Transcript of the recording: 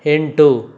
ಎಂಟು